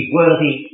worthy